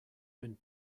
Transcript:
been